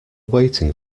waiting